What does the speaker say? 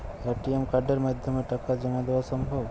ATM কার্ডের মাধ্যমে টাকা জমা দেওয়া সম্ভব?